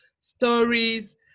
stories